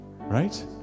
Right